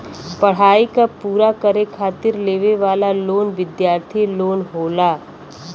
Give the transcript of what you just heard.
पढ़ाई क पूरा करे खातिर लेवे वाला लोन विद्यार्थी लोन होला